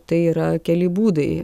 tai yra keli būdai